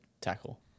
tackle